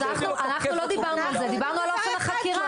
אנחנו לא דיברנו על זה, דיברנו על אופן החקירה.